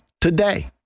today